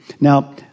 Now